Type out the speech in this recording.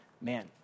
man